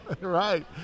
Right